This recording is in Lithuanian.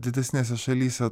didesnėse šalyse